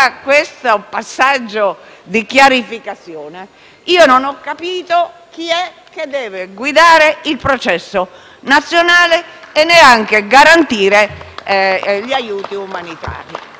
questo passaggio di chiarificazione, non ho capito chi dovrebbe guidare il processo nazionale e garantire gli aiuti umanitari.